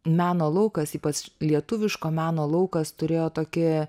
meno laukas ypač lietuviško meno laukas turėjo tokį